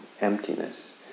emptiness